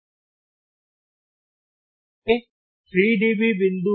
तो ये 3 dB point हैं